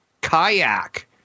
Kayak